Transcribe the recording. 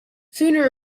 sooner